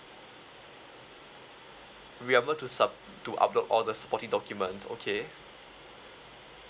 remember to sub~ to upload all the supporting documents okay